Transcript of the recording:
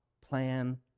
plan